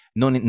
non